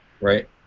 Right